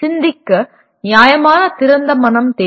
சிந்திக்க நியாயமான திறந்த மனம் தேவை